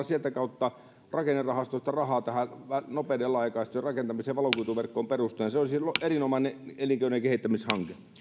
sieltä kautta rakennerahastosta rahaa tähän nopeiden laajakaistojen rakentamiseen valokuituverkkoon perustuen se olisi erinomainen elinkeinojen kehittämishanke